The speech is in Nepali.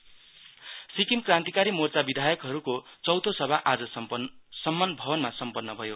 एसकेएम सिक्किम क्रन्तिकारी मोर्चा विधायकहरूको चौथो सभा आज सम्मान भवनमा सम्पन्न भयो